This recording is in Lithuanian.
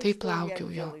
taip laukiau jo